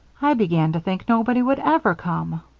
i began to think nobody would ever come.